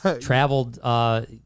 traveled